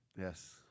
Yes